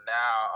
now